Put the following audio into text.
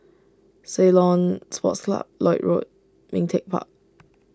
Ceylon Sports Club Lloyd Road Ming Teck Park